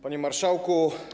Panie Marszałku!